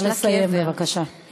נא לסיים, בבקשה.